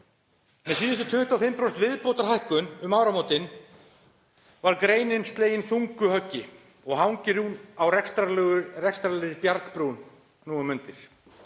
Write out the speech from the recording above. Með síðustu 25% viðbótarhækkun um áramótin var greinin slegin þungu höggi og hangir hún á rekstrarlegri bjargbrún nú um mundir.